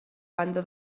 banda